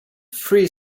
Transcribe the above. three